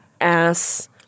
ass